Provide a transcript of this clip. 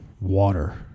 water